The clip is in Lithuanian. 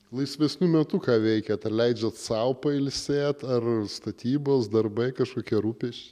laisvesniu metu ką veikiat ar leidžiat sau pailsėt ar statybos darbai kažkokie rūpesčiai